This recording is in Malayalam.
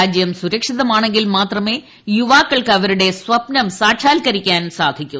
രാജ്യം സുരക്ഷിതമാണെങ്കിൽ മാത്രമേ യുവാക്കൾക്ക് വരുടെ സ്വപ്നം സാക്ഷാത്ക്കരിക്കാൻ സാധിക്കൂ